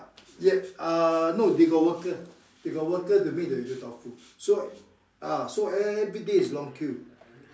ya uh no they got worker they got worker to make the Yong-Tau-Foo so ah so everyday is long queue